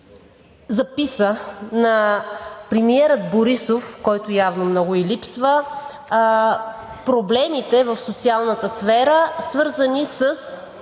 записа на премиера Борисов, който явно много ѝ липсва, проблемите в социалната сфера, свързани с